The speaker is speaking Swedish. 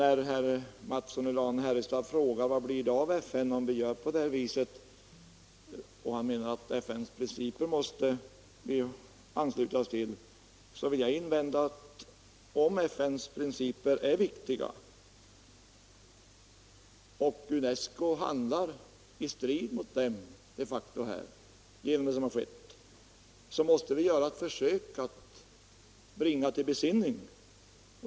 När herr Mattsson i Lane-Herrestad frågar vad det blir av FN om vi minskar vårt bidrag till UNESCO —- och då menar han att FN:s principer måste vi ändå ansluta oss till — så vill jag invända att om FN:s principer är riktiga och om UNESCO de facto handlar i strid mot dem på sätt som skett, så måste vi försöka att bringa UNESCO till besinning.